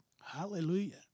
Hallelujah